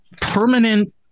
permanent